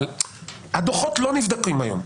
הדוחות לא נבדקים היום.